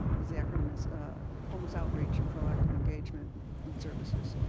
the acronym is homeless outreach and proactive engagement services.